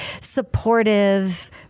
supportive